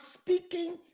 speaking